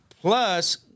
Plus